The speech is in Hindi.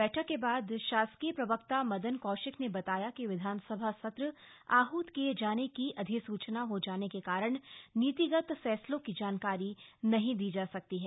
बैठक के बाद शासकीय प्रवक्ता मदन कौशिक ने बताया कि विधानसभा सत्र आहत किये जाने की अधिसूचना हो जाने के कारण नीतिगत फैसलों की जानकारी नहीं दी जा सकती है